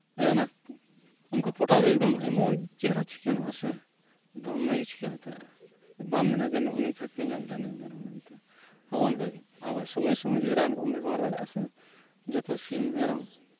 ᱦᱮᱸ ᱢᱟ ᱩᱱᱠᱩ ᱯᱚᱴᱟᱜ ᱫᱚ ᱮᱢᱚᱱ ᱪᱮᱦᱨᱟ ᱪᱤᱠᱟᱹᱬᱚᱜᱼᱟ ᱥᱮ ᱫᱚᱢᱮ ᱜᱮ ᱪᱤᱠᱟᱹᱬ ᱩᱛᱟᱹᱨᱚᱜᱼᱟ ᱵᱟᱢ ᱢᱮᱱᱟ ᱡᱮ ᱱᱩᱜᱼᱩ ᱱᱩᱭ ᱠᱷᱟᱠᱲᱤ ᱧᱟᱢ ᱞᱮᱫᱮᱭᱟ ᱱᱩᱜᱼᱩ ᱱᱩᱭ ᱢᱮᱨᱚᱢ ᱢᱮᱱᱛᱮ ᱦᱚᱸᱜᱼᱚ ᱱᱚᱝᱠᱟ ᱜᱮ ᱟᱨᱚ ᱥᱚᱢᱚᱭ ᱥᱚᱢᱚᱭ ᱡᱩᱫᱤ ᱨᱟᱱ ᱠᱚᱢ ᱵᱮᱵᱚᱦᱟᱨ ᱫᱟᱲᱮᱭᱟᱜᱼᱟ ᱥᱮ ᱡᱚᱛᱚ ᱥᱤᱢ ᱢᱮᱨᱚᱢ